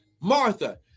Martha